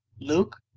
Luke